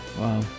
Wow